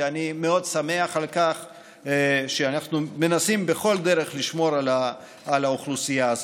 ואני מאוד שמח שאנחנו מנסים בכל דרך לשמור על האוכלוסייה הזאת.